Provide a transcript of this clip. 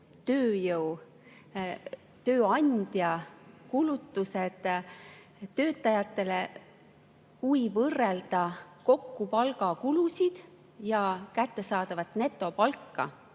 tööandja kulutused töötajatele. Kui võrrelda kokku palgakulusid ja kättesaadavat netopalka,